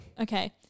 Okay